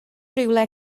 rhywle